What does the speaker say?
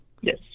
Yes